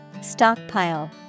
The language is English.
Stockpile